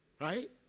Right